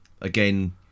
again